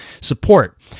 support